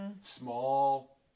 small